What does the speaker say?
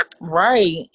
Right